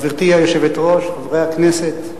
גברתי היושבת-ראש, חברי הכנסת,